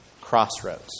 crossroads